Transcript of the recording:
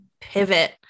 pivot